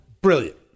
brilliant